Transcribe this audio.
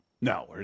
No